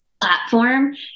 platform